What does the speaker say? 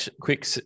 quick